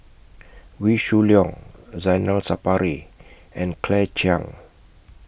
Wee Shoo Leong Zainal Sapari and Claire Chiang